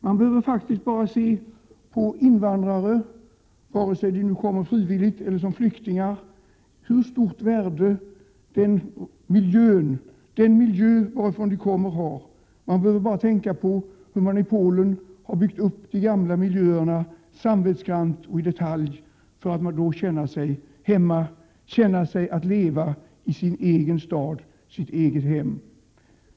Man behöver faktiskt bara se på invandrarna, vare sig de kommer frivilligt eller som flyktingar, hur stort värde den miljö varifrån de kommer har. Man behöver bara tänka på hur man i Polen har byggt upp de gamla miljöerna samvetsgrant och i detalj för att kunna känna sig hemma och känna sig leva i sin egen stad, sitt eget hem.